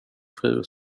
fru